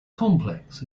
complex